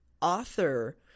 author